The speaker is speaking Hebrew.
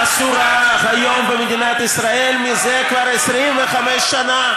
אסורה היום במדינת ישראל זה כבר 25 שנה,